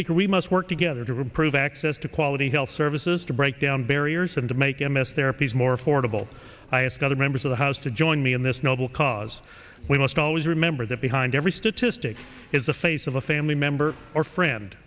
we must work together to reprove access to quality health services to break down barriers and to make him a therapies more affordable i ask other members of the house to join me in this noble cause we must always remember that behind every statistic is the face of a family member or friend